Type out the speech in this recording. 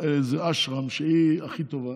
אשרם, שהיא הכי טובה.